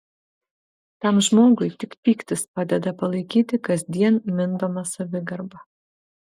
tam žmogui tik pyktis padeda palaikyti kasdien mindomą savigarbą